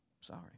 Sorry